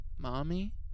Mommy